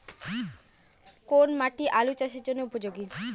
কোন মাটি আলু চাষের জন্যে উপযোগী?